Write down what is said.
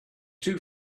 too